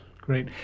Great